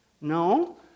No